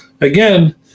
again